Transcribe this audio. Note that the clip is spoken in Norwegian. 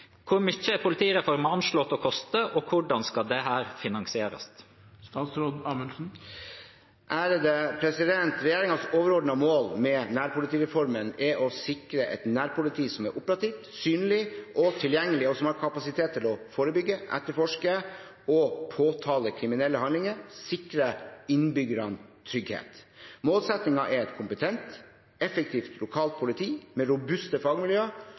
Hvor mye er politireformen anslått å koste, og hvordan skal dette finansieres?» Regjeringens overordnede mål med nærpolitireformen er å sikre et nærpoliti som er operativt, synlig og tilgjengelig, og som har kapasitet til å forebygge, etterforske og påtale kriminelle handlinger og sikre innbyggerne trygghet. Målsettingen er et kompetent, effektivt lokalt politi med robuste fagmiljøer